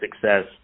success